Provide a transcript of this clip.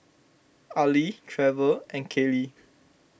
Arlie Trevor and Kalie